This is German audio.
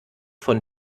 von